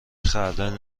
خردل